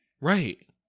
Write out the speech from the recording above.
Right